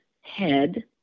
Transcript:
head